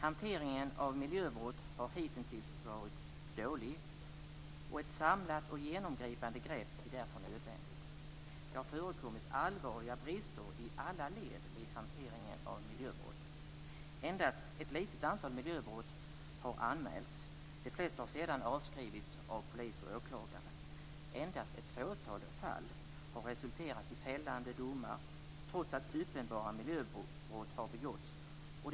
Hanteringen av miljöbrott har hitintills varit dålig. Ett samlat och genomgripande grepp är därför nödvändigt. Det har förekommit allvarliga brister i alla led vid hanteringen av miljöbrott. Endast ett litet antal miljöbrott har anmälts. De flesta har sedan avskrivits av polis och åklagare. Endast ett fåtal fall har resulterat i fällande domar, trots att uppenbara miljöbrott har begåtts.